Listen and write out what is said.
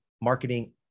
marketing